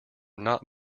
not